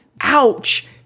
ouch